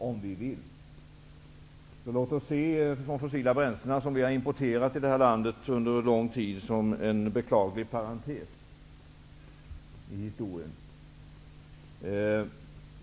Låt oss alltså se de fossila bränslena, som vi har importerat till det här landet under en lång tid, som en beklaglig parantes i historien.